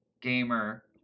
gamer